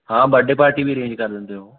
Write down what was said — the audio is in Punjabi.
ਹਾਂ ਬਰਡੇ ਪਾਰਟੀ ਵੀ ਅਰੇਂਜ ਕਰ ਦਿੰਦੇ ਉਹ